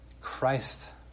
Christ